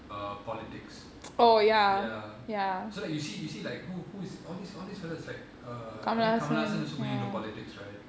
err politics ya so like you see you see like who who is all these all these fellas like err I think Kamal Haasan also make him do politics right